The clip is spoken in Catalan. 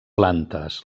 plantes